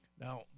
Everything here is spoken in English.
Now